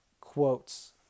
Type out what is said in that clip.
quotes